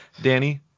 Danny